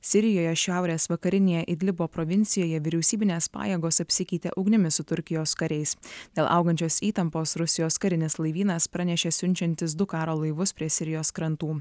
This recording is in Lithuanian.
sirijoje šiaurės vakarinėje idlibo provincijoje vyriausybinės pajėgos apsikeitė ugnimis su turkijos kariais dėl augančios įtampos rusijos karinis laivynas pranešė siunčiantis du karo laivus prie sirijos krantų